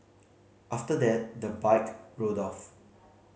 after that the bike rode off